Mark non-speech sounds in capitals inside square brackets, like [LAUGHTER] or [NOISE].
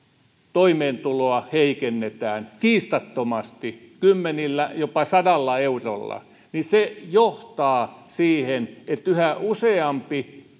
toimeentuloa heikennetään kiistattomasti kymmenillä jopa sadalla eurolla se johtaa siihen että yhä useampi [UNINTELLIGIBLE]